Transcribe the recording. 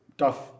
tough